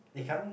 they can't